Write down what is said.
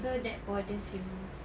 so that bothers you ah